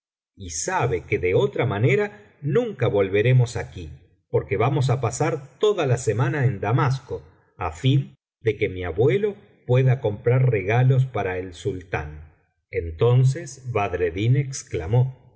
y sabe que de otra manera nunca volveremos aquí porque vamos á pasar toda la semana en damasco á fin de que mi abuelo pueda comprar regalos para el sultán entonces badreddin exclamó